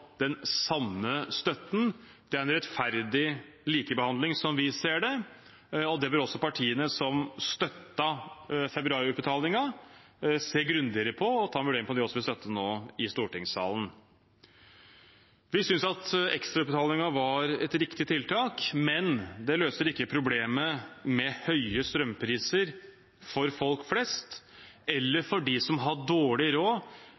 den samme støtten. Det er en rettferdig likebehandling sånn vi ser det, og de partiene som støttet februarutbetalingen, bør se grundigere på og ta en vurdering av om de også vil støtte det nå i stortingssalen. Vi synes at ekstrautbetalingen var et riktig tiltak, men det løser ikke problemet med høye strømpriser for folk flest eller for dem som har dårlig råd,